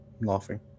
laughing